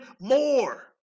more